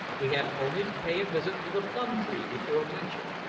we had only to pay a visit to the plum-tree before mentioned,